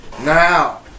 now